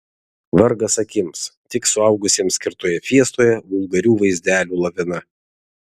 vargas akims tik suaugusiems skirtoje fiestoje vulgarių vaizdelių lavina